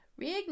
Reignite